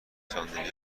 ساندویچ